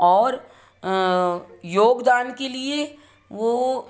और योगदान के लिए वह